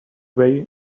way